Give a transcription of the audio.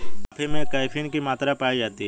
coffee में caffeine की मात्रा पाई जाती है